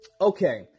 okay